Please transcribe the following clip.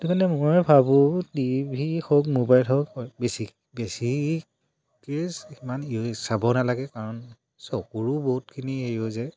সেইটোকাৰণে মই ভাবোঁ টিভি হওক মোবাইল হওক বেছি বেছিকৈ ইমান চাব নালাগে কাৰণ চকুৰো বহুতখিনি ইউজে